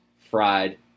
fried